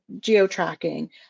geo-tracking